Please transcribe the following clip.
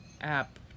App